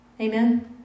Amen